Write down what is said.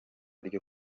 ryo